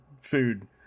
food